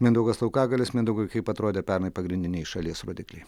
mindaugas laukagalis mindaugai kaip atrodė pernai pagrindiniai šalies rodikliai